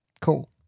Cool